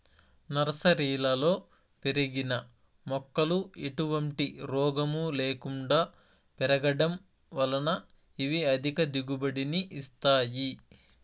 నర్సరీలలో పెరిగిన మొక్కలు ఎటువంటి రోగము లేకుండా పెరగడం వలన ఇవి అధిక దిగుబడిని ఇస్తాయి